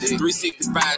365